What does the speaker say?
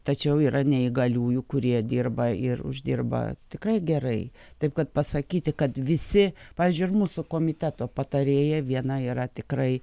tačiau yra neįgaliųjų kurie dirba ir uždirba tikrai gerai taip kad pasakyti kad visi pavyzdžiui ir mūsų komiteto patarėja viena yra tikrai